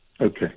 Okay